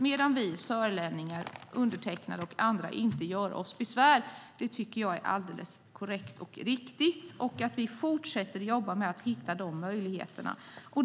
Men vi sörlänningar - bland annat jag - gör oss inte besvär. Det tycker jag är alldeles korrekt, alldeles riktigt, liksom att vi fortsätter att jobba med att hitta möjligheter.